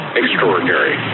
extraordinary